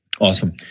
Awesome